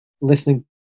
listening